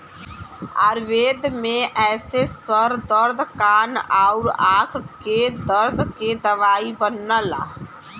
आयुर्वेद में एसे सर दर्द कान आउर आंख के दर्द के दवाई बनला